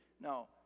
No